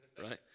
right